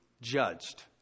judged